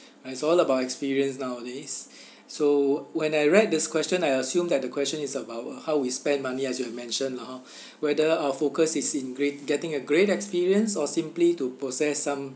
it's all about experience nowadays so when I read this question I assumed that the question is about uh how we spend money as you mentioned lah hor whether our focus is in great getting a great experience or simply to possess some